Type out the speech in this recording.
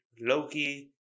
Loki